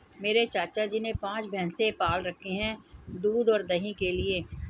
मेरे चाचा जी ने पांच भैंसे पाल रखे हैं दूध और दही के लिए